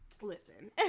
listen